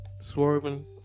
swerving